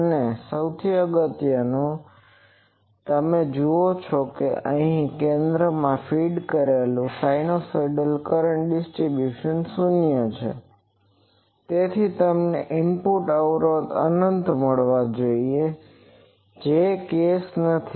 અને સૌથી અગત્યનું તમે જુઓ કે અહીં કેન્દ્રમાં ફીડ કરેલું સિનુસાઇડલ કરંટ ડીસ્ટ્રીબ્યુંસન શૂન્ય છે તેથી તમને ઇનપુટ અવરોધ અનંત મળવો જોઈએ જે કેસ નથી